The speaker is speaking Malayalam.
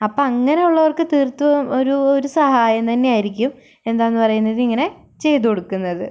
അപ്പം അങ്ങനെ ഉള്ളവർക്ക് തീർത്തും ഒരു ഒരു സഹായം തന്നെ ആയിരിക്കും എന്താന്ന് പറയുന്നത് ഇങ്ങനെ ചെയ്തു കൊടുക്കുന്നത്